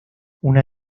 una